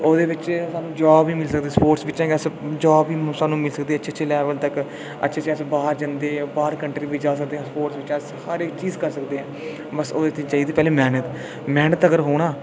ओह्दे बिच्च जाॅब बी मिली सकदी स्पोर्टस बिच्चा असेंगीजाॅब बी मिली सकदी अच्छी अच्छी लैबल तक अस बाह्र जंदे बाह्र कन्ट्री बिच अस जाई सकदे अस स्पोर्टस बिच्च अस हर इक चीज़ कर सकदे आंअस बस औह्दे आस्ते आसेगी चाहिदी मैहनत मैहनत अगर हौ ना